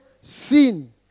sin